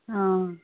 অঁ